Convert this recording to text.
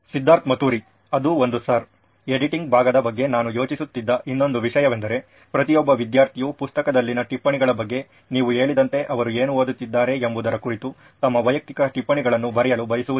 ಸಿದ್ಧಾರ್ಥ್ ಮತುರಿ ಅದು ಒಂದು sir editing ಭಾಗದ ಬಗ್ಗೆ ನಾನು ಯೋಚಿಸುತ್ತಿದ್ದ ಇನ್ನೊಂದು ವಿಷಯವೆಂದರೆ ಪ್ರತಿಯೊಬ್ಬ ವಿದ್ಯಾರ್ಥಿಯು ಪುಸ್ತಕದಲ್ಲಿನ ಟಿಪ್ಪಣಿಗಳ ಬಗ್ಗೆ ನೀವು ಹೇಳಿದಂತೆ ಅವರು ಏನು ಓದುತ್ತಿದ್ದಾರೆ ಎಂಬುದರ ಕುರಿತು ತಮ್ಮ ವೈಯಕ್ತಿಕ ಟಿಪ್ಪಣಿಯನ್ನು ಬರೆಯಲು ಬಯಸುವುದಿಲ್ಲ